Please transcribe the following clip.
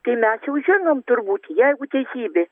tai mes jau žinom turbūt jeigu teisybė